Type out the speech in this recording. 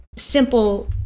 Simple